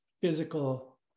physical